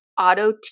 auto